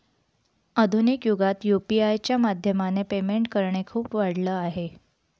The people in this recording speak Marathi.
आधुनिक युगात यु.पी.आय च्या माध्यमाने पेमेंट करणे खूप वाढल आहे